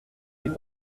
les